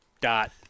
Dot